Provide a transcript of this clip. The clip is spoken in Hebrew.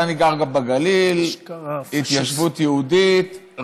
אני גר בגליל, התיישבות יהודית.